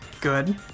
Good